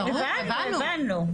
הבנו, הבנו.